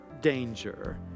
danger